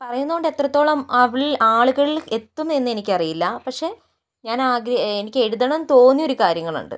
പറയുന്നത് കൊണ്ട് എത്രത്തോളം അവിൾ ആളുകളിൽ എത്തും എന്ന് എനിക്ക് അറിയില്ല പക്ഷെ ഞാൻ എനിക്ക് എഴുതണമെന്ന് തോന്നിയ ഒരു കാര്യങ്ങളുണ്ട്